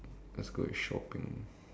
let's go with shopping